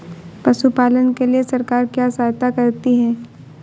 पशु पालन के लिए सरकार क्या सहायता करती है?